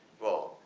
well,